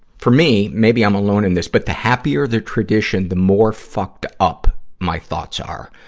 for me, maybe i'm alone in this, but the happier the tradition, the more fucked up my thoughts are.